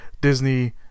disney